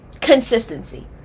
consistency